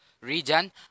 region